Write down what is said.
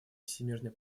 всемирной